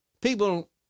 People